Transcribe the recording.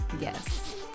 yes